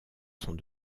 sont